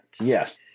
Yes